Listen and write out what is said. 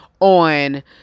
on